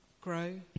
grow